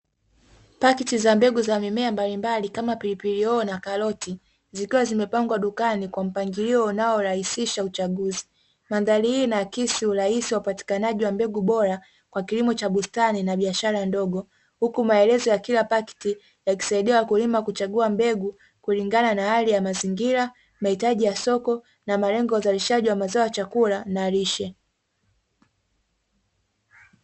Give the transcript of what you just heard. Pakiti za mbegu za mimea mbalimbali kama pilipili hoho na karoti, zikiwa zimepangwa dukani kwa mpangilio unaorahisisha uchaguzi. Mandhari hii inaakisi urahisi wa upatikanaji wa mbegu bora, kwa kilimo cha bustani na biashara ndogo, huku maelezo ya kila paketi, yakisaidia wakulima kuchagua mbegu kulingana na hali ya mazingira, mahitaji ya soko, na malengo uzalishaji wa mazao ya chakula na lishe.